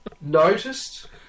noticed